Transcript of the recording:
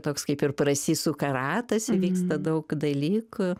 toks kaip ir prasisuka ratas įvyksta daug dalykų